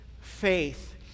faith